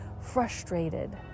frustrated